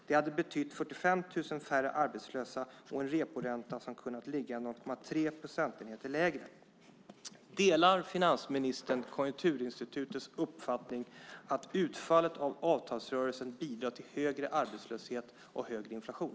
Det hade betytt 45 000 färre arbetslösa och en reporänta som kunnat ligga 0,3 procentenheter lägre." Delar finansministern Konjunkturinstitutets uppfattning att utfallet av avtalsrörelsen bidrar till högre arbetslöshet och högre inflation?